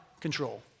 control